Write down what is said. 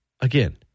again